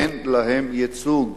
אין להם ייצוג,